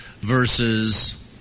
versus